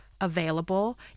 available